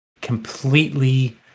completely